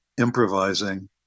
improvising